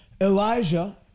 Elijah